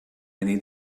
need